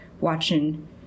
watching